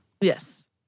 Yes